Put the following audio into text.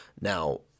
Now